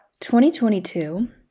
2022